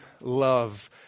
love